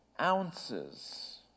ounces